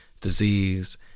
disease